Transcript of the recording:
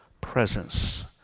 presence